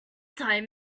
time